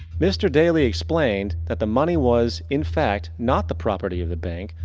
mr. daly explained that the money was, in fact, not the property of the bank.